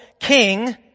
king